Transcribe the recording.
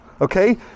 okay